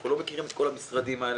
אנחנו לא מכירים את כל המשרדים האלה.